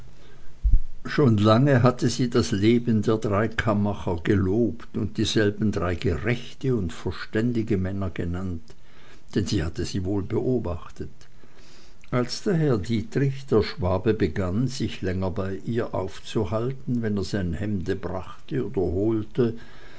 schon lange hatte sie das leben der drei kammacher gelobt und dieselben drei gerechte und verständige männer genannt denn sie hatte sie wohl beobachtet als daher dietrich der schwabe begann sich länger bei ihr aufzuhalten wenn er sein hemde brachte oder holte